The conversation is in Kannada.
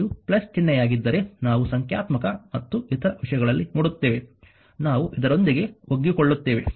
ಶಕ್ತಿಯು ಚಿಹ್ನೆಯಾಗಿದ್ದರೆ ನಾವು ಸಂಖ್ಯಾತ್ಮಕ ಮತ್ತು ಇತರ ವಿಷಯಗಳಲ್ಲಿ ನೋಡುತ್ತೇವೆ ನಾವು ಇದರೊಂದಿಗೆ ಒಗ್ಗಿಕೊಳ್ಳುತ್ತೇವೆ